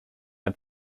had